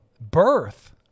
birth